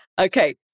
Okay